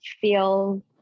feel